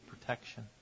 protection